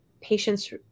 patients